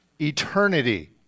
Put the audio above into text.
eternity